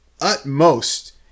utmost